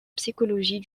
psychologie